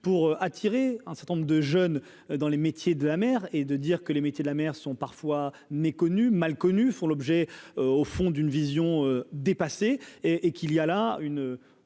pour attirer un certain nombre de jeunes dans les métiers de la mer et de dire que les métiers de la mer, sont parfois méconnus mal connue, font l'objet, au fond d'une vision dépassée et et qu'il y a là une